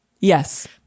Yes